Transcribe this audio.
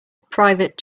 private